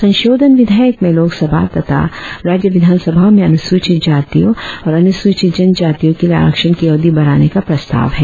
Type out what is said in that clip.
संशोधन विधेयक में लोकसभा तथा राज्य विधानसभाओं में अनुसूचित जातियों और अनुसूचित जनजातियों के लिए आरक्षण की अवधि बढ़ाने का प्रस्ताव है